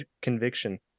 conviction